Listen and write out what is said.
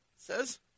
says